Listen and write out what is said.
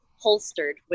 holstered